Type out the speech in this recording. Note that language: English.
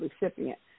recipient